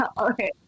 okay